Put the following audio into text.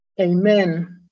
Amen